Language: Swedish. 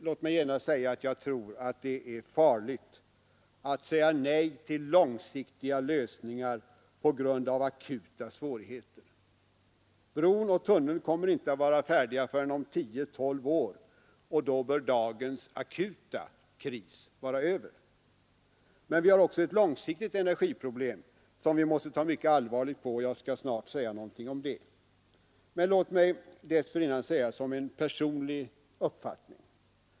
Låt mig genast säga att jag tror att det är farligt att säga nej till långsiktiga lösningar på grund av akuta svårigheter. Bron och tunneln kommer inte att vara färdiga förrän om tio till tolv år, och då bör dagens akuta kris vara över. Men vi har också ett långsiktigt energiproblem som vi måste ta mycket allvarligt på, och jag skall snart säga något om det. Men låt mig dessförinnan uttala en personlig uppfattning.